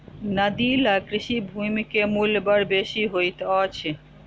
नदी लग कृषि भूमि के मूल्य बड़ बेसी होइत अछि